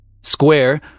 Square